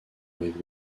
rive